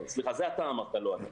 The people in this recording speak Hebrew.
זה אתה אמרת, לא אני.